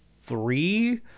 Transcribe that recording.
three